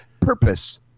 Purpose